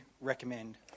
recommend